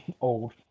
old